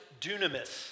dunamis